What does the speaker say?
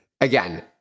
again